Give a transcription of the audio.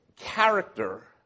character